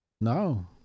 No